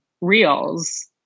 reels